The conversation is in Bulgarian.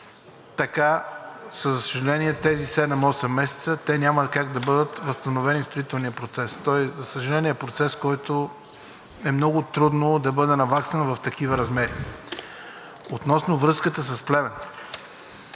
така, за съжаление, тези седем-осем месеца, те нямаха как да бъдат възстановени в строителния процес. Той, за съжаление, е процес, който е много трудно да бъде наваксан в такива размери. Относно връзката с Плевен